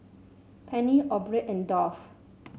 Penny Aubrey and Dolph